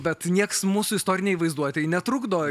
bet nieks mūsų istorinei vaizduotei netrukdo